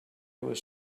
was